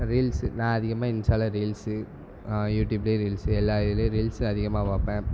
reels நான் அதிகமாக இன்ஸ்ட்டாவில ரீல்ஸு யூடியூப்புலே ரீல்ஸு எல்லா இதுலேயும் ரீல்ஸு அதிகமாக பார்ப்பேன்